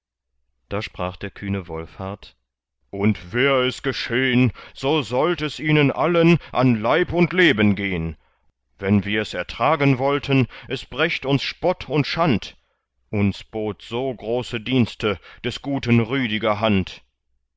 da sprach der kühne wolfhart und wär es geschehn so sollt es ihnen allen an leib und leben gehn wenn wirs ertragen wollten es brächt uns spott und schand uns bot so große dienste des guten rüdiger hand